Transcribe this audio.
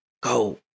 go